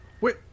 Wait